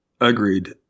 agreed